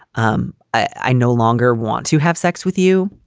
um i no longer want to have sex with you.